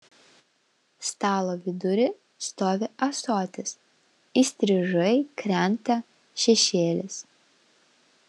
stalo vidury stovi ąsotis įstrižai krenta šešėlis